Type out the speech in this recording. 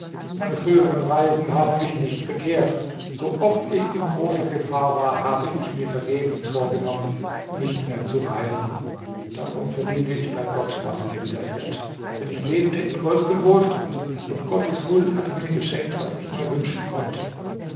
meine früheren reisen haben mich nicht bekehrt so oft ich in großer gefahr war habe ich mir vergebens vorgenommen nicht mehr zu reisen darum verdiene ich bei gott was mir widerfährt denn ich lebte in größtem wohlstand und gottes huld hatte mir geschenkt was ich nur wünschen konnte